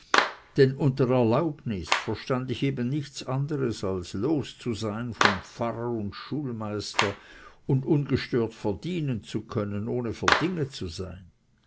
denn unter erlaubnis verstund ich eben nichts anders als los zu sein vom pfarrer und schulmeister und ungestört verdienen zu können ohne verdinget zu sein